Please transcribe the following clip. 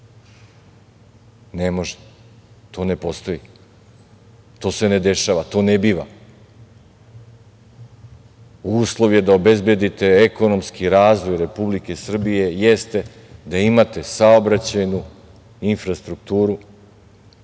Ne može, to ne postoji, to se ne dešava, to ne biva. Uslov je da obezbedite ekonomski razvoj Republike Srbije jeste da imate saobraćajnu infrastrukturu,